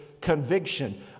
conviction